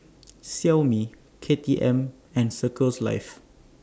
Xiaomi K T M and Circles Life